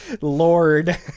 lord